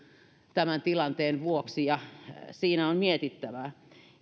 tämän tilanteen vuoksi ja siinä on mietittävää